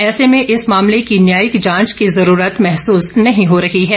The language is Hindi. ऐसे में इस मामले की न्यायिक जांच की जरूरत महसूस नहीं हो रही है